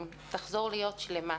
תחזור להיות שלמה,